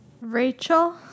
Rachel